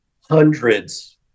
hundreds